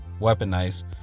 weaponize